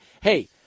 Hey